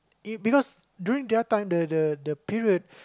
it because during their time the the the period